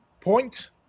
point